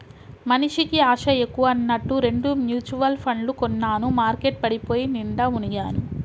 మనిషికి ఆశ ఎక్కువ అన్నట్టు రెండు మ్యుచువల్ పండ్లు కొన్నాను మార్కెట్ పడిపోయి నిండా మునిగాను